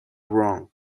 wrong